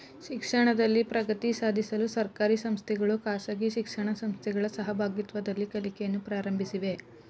ಶಿಕ್ಷಣದಲ್ಲಿ ಪ್ರಗತಿ ಸಾಧಿಸಲು ಸರ್ಕಾರಿ ಸಂಸ್ಥೆಗಳು ಖಾಸಗಿ ಶಿಕ್ಷಣ ಸಂಸ್ಥೆಗಳ ಸಹಭಾಗಿತ್ವದಲ್ಲಿ ಕಲಿಕೆಯನ್ನು ಪ್ರಾರಂಭಿಸಿವೆ